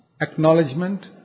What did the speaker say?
Acknowledgement